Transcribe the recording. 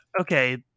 okay